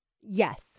Yes